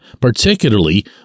particularly